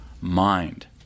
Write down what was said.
mind